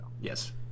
Yes